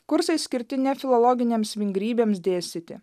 kursai skirti ne filologinėms vingrybėms dėstyti